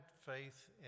faith